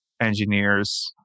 engineers